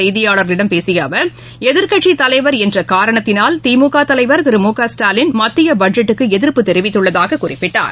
செய்தியாளர்களிடம் பேசியஅவர் எதிர்க்கட்சிதலைவர் என்றகாரணத்தினால் இன்றுசேலத்தில் திமுகதலைவர் திருமுகஸ்டாலின் மத்தியபட்ஜெட்டுக்குஎதிர்ப்பு தெரிவித்துள்ளதாககுறிப்பிட்டார்